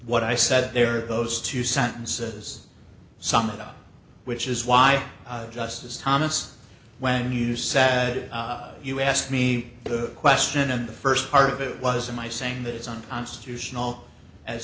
what i said there are those two sentences some of them which is why justice thomas when you sad you asked me the question and the st part of it was in my saying that it's unconstitutional as